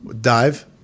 Dive